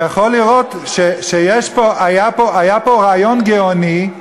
ויכול לראות שהיה פה רעיון גאוני,